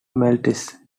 maltese